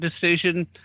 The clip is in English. decision –